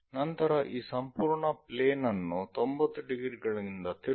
ನಂತರ ಈ ಸಂಪೂರ್ಣ ಪ್ಲೇನ್ ಅನ್ನು 90 ಡಿಗ್ರಿಗಳಿಂದ ತಿರುಗಿಸಿ